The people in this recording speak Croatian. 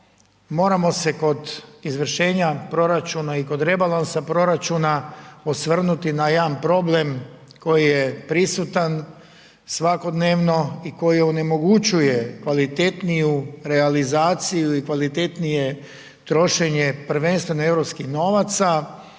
moramo se kod izvršenja proračuna i kod rebalansa proračuna, osvrnuti na jedan problem koji je prisutan svakodnevno i koji onemogućuje kvalitetniju realizaciju i kvalitetnije trošenje prvenstveno europskih novaca